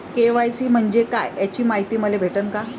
KYC म्हंजे काय याची मायती मले भेटन का?